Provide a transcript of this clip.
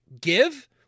give